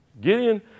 Gideon